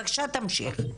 בבקשה, תמשיך.